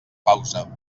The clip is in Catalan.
pausa